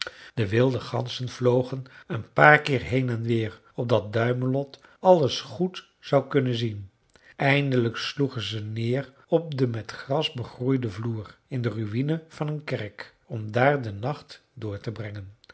de wilde ganzen vlogen een paar keer heen en weer opdat duimelot alles goed zou kunnen zien eindelijk sloegen ze neer op den met gras begroeiden vloer in de ruïne van een kerk om daar den nacht door te brengen